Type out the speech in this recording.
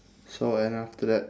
so and after that